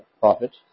profit